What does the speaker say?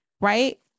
right